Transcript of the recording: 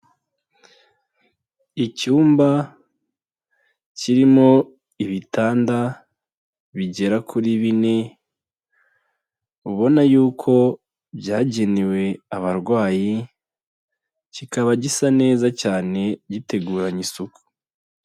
Icyumba kirimo ibitanda bigera kuri bine, ubona yuko byagenewe abarwayi, kikaba gisa neza cyane giteguranye isuku.